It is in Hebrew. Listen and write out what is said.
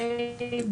התלמידים,